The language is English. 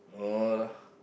no lah